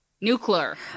Nuclear